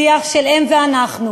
שיח של הם ואנחנו,